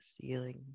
ceiling